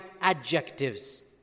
adjectives